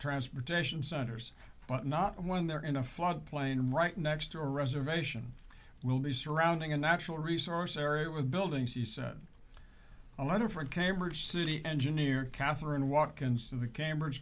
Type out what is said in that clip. transportation centers but not when they're in a flood plain right next to a reservation will be surrounding a natural resource area with buildings he said a letter from cambridge city engineer katherine walk ins to the cambridge